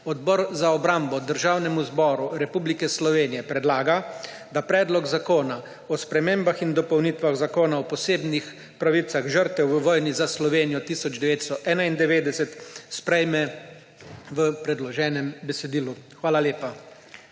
Odbor za obrambo Državnemu zboru Republike Slovenije predlaga, da Predlog zakona o spremembah in dopolnitvah Zakona o posebnih pravicah žrtev v vojni za Slovenijo 1991 sprejme v predloženem besedilu. Hvala lepa.